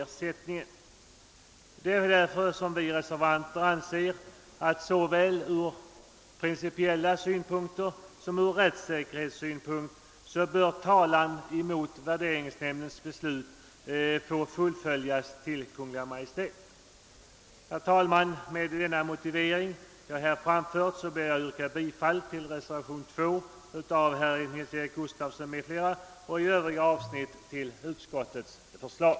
Reservanterna anser därför att talan mot värderingsnämndens beslut bör från såväl principiella som rättssäkerhetssynpunkter få fullföljas till Kungl. Maj:t. Herr talman! Med den anförda motiveringen ber jag att få yrka bifall till reservationen II av herr Nils-Eric Gustafsson m.fl. och i övriga avsnitt till utskottets hemställan.